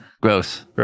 Gross